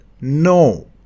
no